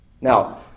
Now